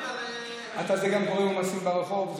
אתה גם גורם לעומסים ברחוב,